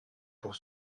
pour